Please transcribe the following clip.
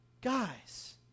Guys